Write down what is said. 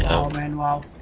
wildman wild